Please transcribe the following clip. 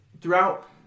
throughout